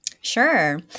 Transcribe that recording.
Sure